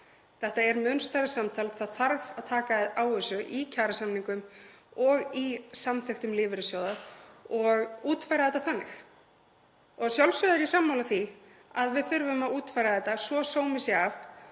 Þetta er mun stærra samtal. Það þarf að taka á þessu í kjarasamningum og í samþykktum lífeyrissjóða og útfæra þetta þannig. Að sjálfsögðu er ég sammála því að við þurfum að útfæra þetta svo að sómi sé að